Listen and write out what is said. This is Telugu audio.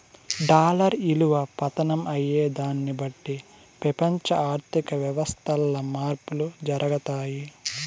డాలర్ ఇలువ పతనం అయ్యేదాన్ని బట్టి పెపంచ ఆర్థిక వ్యవస్థల్ల మార్పులు జరగతాయి